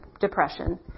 depression